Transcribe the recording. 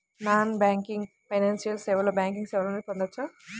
Non banking financial సేవలో బ్యాంకింగ్ సేవలను పొందవచ్చా?